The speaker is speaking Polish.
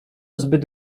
zbyt